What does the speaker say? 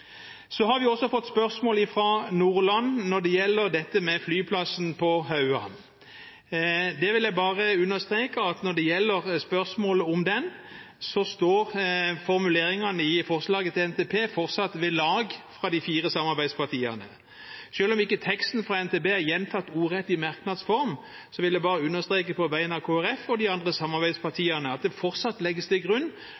Så har vi fått spørsmål fra Nordland når det gjelder dette med flyplassen på Hauan. Jeg vil bare understreke at når det gjelder spørsmålet om den, står formuleringene i forslaget til NTP fortsatt ved lag fra de fire samarbeidspartiene. Selv om ikke teksten fra NTP er gjentatt ordrett i merknadsform, vil jeg bare understreke på vegne av Kristelig Folkeparti og de andre